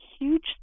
huge